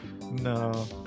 no